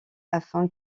afin